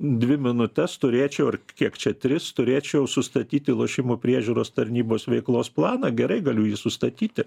dvi minutes turėčiau ir kiek čia tris turėčiau sustatyti lošimų priežiūros tarnybos veiklos planą gerai galiu jį sustatyti